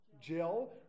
Jill